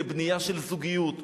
לבנייה של זוגיות אוהבת,